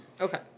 Okay